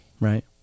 Right